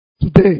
Today